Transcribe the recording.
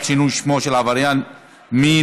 הגבלת שינוי שמו של עבריין מין),